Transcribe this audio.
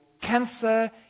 cancer